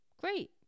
Great